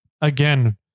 again